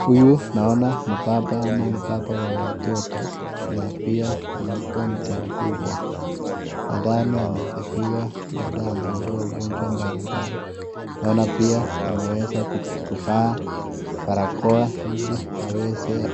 Huyu naona ni baba ama baba wa watoto na pia amekuwa mtu mkubwa ambaye nadhani anatibiwa labda anaugua ugonjwa mbalimbali . Naona pia ameweza kuvaa barakoa hili aweze ku